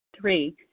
Three